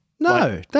No